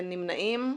אין נמנעים.